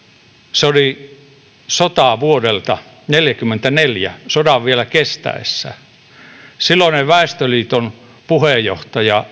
se oli sotavuodelta neljäkymmentäneljä sodan vielä kestäessä silloinen väestöliiton puheenjohtaja